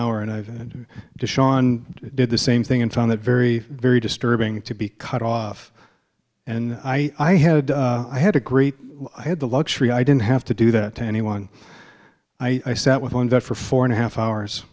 hour and i've been to shawn did the same thing and found it very very disturbing to be cut off and i i had i had a great i had the luxury i didn't have to do that to anyone i sat with on that for four and a half hours